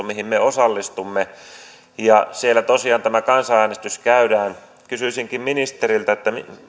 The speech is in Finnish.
mihin me osallistumme ja siellä tosiaan tämä kansanäänestys käydään kysyisinkin ministeriltä